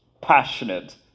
passionate